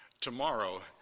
Tomorrow